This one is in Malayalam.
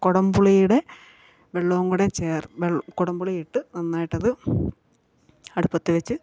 കൊടം പുളീടെ വെള്ളവും കൂടെ ചേർ കൊടം പുളിയിട്ട് നന്നായിട്ടത് അടുപ്പത്ത് വെച്ച്